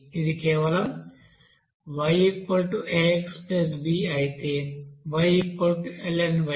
ఇది కేవలం Y aXb అయితే Ylny మరియు Xlnx